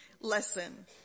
lesson